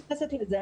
אני מתייחסת לזה.